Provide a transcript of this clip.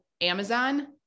Amazon